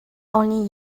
only